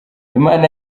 imana